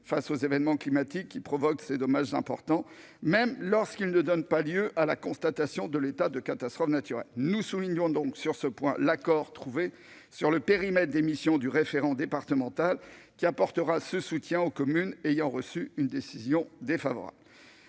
face aux événements climatiques provoquant ces dommages importants, même lorsqu'ils ne donnent pas lieu à la constatation de l'état de catastrophe naturelle. Nous soulignons sur ce point l'accord trouvé sur le périmètre des missions du référent départemental, qui apportera ce soutien aux communes ayant reçu une décision défavorable.